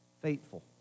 Faithful